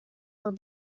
were